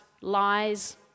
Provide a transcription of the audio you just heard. lies